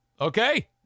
Okay